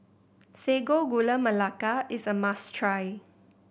Sago Gula Melaka is a must try